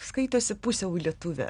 skaitosi pusiau lietuvė